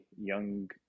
young